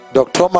Dr